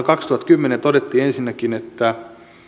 kaksituhattakymmenen todettiin ensinnäkin